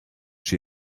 she